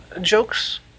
jokes